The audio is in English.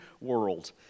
world